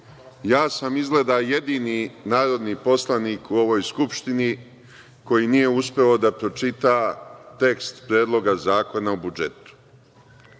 da sam jedini narodni poslanik u ovoj Skupštini koji nije uspeo da pročita tekst Predloga zakona o budžetu.